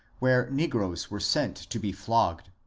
where negroes were sent to be flogged.